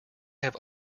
have